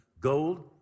Gold